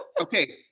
okay